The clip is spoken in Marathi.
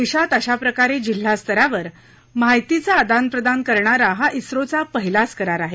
देशात अशा प्रकारे जिल्हा स्तरावर माहितीचं आदान प्रदान करणारा हा इसरोचा पहिलाच करार आहे